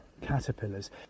caterpillars